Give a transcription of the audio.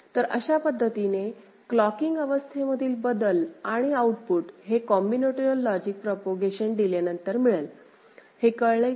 तर अशा पद्धतीने क्लॉकिंगअवस्थेमधील बदल आणि आउटपुट हे कॉम्बिनेटोरिअल लॉजिक प्रोपागेशन डिले नंतर मिळेल हे कळले का